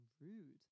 rude